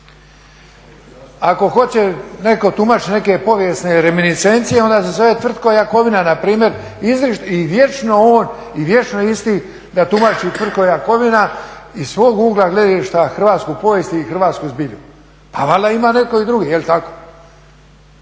Ako hoće netko tumačit neke povijesne reminiscencije onda se zove Tvrtko Jakovina npr. i vječno on i vječno isti da tumači Tvrtko Jakovina iz svog ugla gledišta hrvatsku povijest i hrvatsku zbilju. Pa valjda ima netko i drugi jel tako.